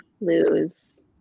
lose